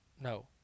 no